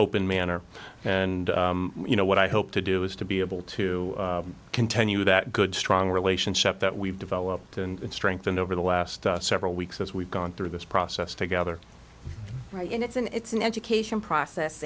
open manner and you know what i hope to do is to be able to continue that good strong relationship that we've developed and strengthened over the last several weeks as we've gone through this process together right and it's an it's an education process